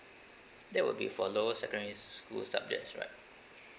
that will be for lower secondary school subjects right